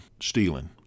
stealing